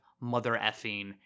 mother-effing